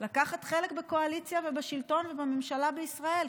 לקחת חלק בקואליציה ובשלטון ובממשלה בישראל.